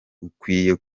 ukwiye